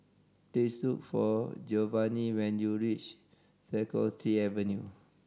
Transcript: please look for Geovanni when you reach Faculty Avenue